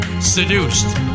Seduced